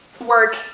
work